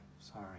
Sorry